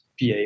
PA